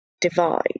divide